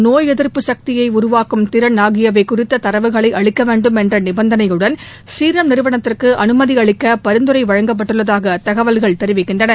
நோய் எதிர்ப்பு சக்தியை உருவாக்கும் திறன் ஆகியவை குறித்த தரவுகளை அளிக்க வேண்டும் என்ற நிபந்தனையுடன் சீரம் நிறுவனத்திற்கு அனுமதி அளிக்க பரிந்துரை வழங்கப்பட்டுள்ளதாக தகவல்கள் தெரிவிக்கின்றன